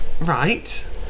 Right